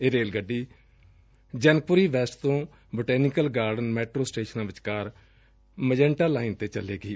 ਇਹ ਰੇਲ ਗੱਡੀ ਜਨਕਪੁਰੀ ਵੈਸਟ ਤੋ ਬੋਟੈਨੀਕਲ ਗਾਰਡਨ ਮੈਟਰੋ ਸਟੇਸ਼ਨਾ ਵਿਚਕਾਰ ਮੇਜੈਂਟਾ ਲਾਈਨ ਤੇ ਚੱਲੇਗੀ